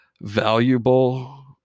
valuable